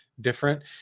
different